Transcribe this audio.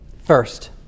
First